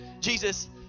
Jesus